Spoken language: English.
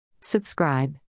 Subscribe